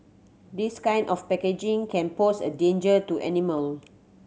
this kind of packaging can pose a danger to animal